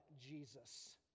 Jesus